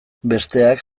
besteak